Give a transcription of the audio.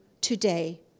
today